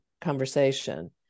conversation